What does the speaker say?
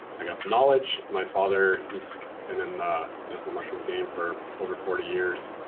i guess, knowledge. my father, he's been in the medicinal mushroom game for over forty years.